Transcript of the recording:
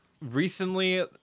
recently